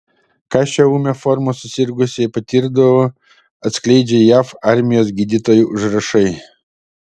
ką šia ūmia forma susirgusieji patirdavo atskleidžia jav armijos gydytojų užrašai